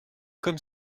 comme